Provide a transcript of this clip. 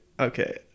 Okay